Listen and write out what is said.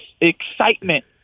excitement